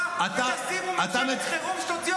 ותשימו ממשלת חירום שתוציא אותם הביתה.